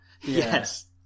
Yes